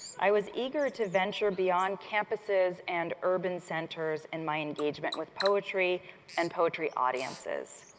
i was eager to venture beyond campuses and urban centers in my engagement with poetry and poetry audiences.